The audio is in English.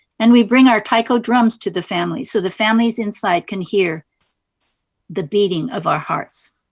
and we bring our tykeo drums to the family so the families inside can hear the beating of our hearts.